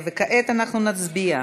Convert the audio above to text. כעת אנחנו נצביע.